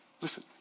Listen